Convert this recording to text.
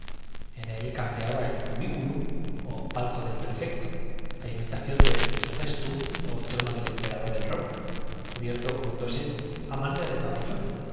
en él campeaba el cubiculum ó palco del prefecto á imitación del suggestum ó trono del empe rador en roma cubierto con un dosel á manera de pabellón